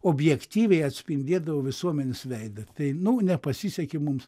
objektyviai atspindėdavo visuomenės veidą tai nu nepasisekė mums